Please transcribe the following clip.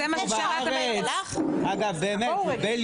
ועכשיו אנחנו גם אוכלים את הדגים